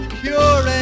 pure